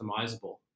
customizable